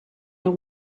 know